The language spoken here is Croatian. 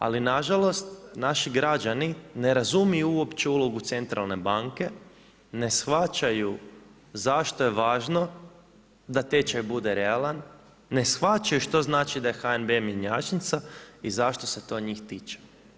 Ali nažalost naši građani ne razumiju uopće ulogu centralne banke, ne shvaćaju zašto je važno da tečaj bude realan, ne shvaćaju što znači da je HNB mjenjačnica i zašto se to njih tiče.